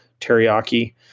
teriyaki